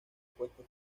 puesto